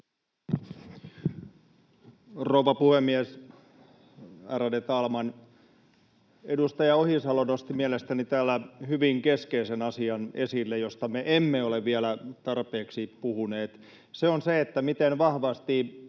Rouva puhemies, ärade talman! Edustaja Ohisalo nosti mielestäni täällä hyvin keskeisen asian esille, josta me emme ole vielä tarpeeksi puhuneet. Se on se, miten vahvasti